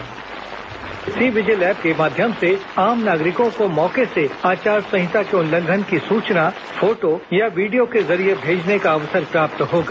सी vigil app के माध्यम से आम नागरिकों को मौके से आचार संहिता के उल्लंघन की सूचना फोटो या वीडियो के जरिये भेजने का अवसर प्राप्त होगा